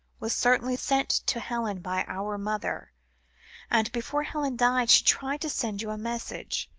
was certainly sent to helen by our mother and before helen died, she tried to send you a message.